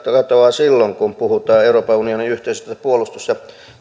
katoaa silloin kun puhutaan euroopan unionin yhteisestä puolustus ja